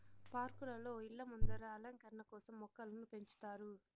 పార్కులలో, ఇళ్ళ ముందర అలంకరణ కోసం మొక్కలను పెంచుతారు